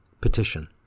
Petition